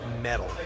metal